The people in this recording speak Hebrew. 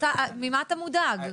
ממה אתה מודאג?